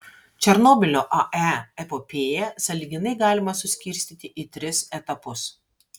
černobylio ae epopėją sąlyginai galima suskirstyti į tris etapus